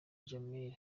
jammeh